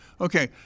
Okay